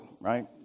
right